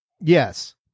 Yes